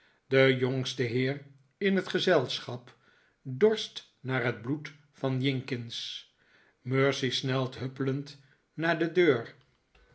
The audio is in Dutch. de jongste heer in het gezelschap dorst naar het bloed van jinkins mercy snelt huppelend naar de deur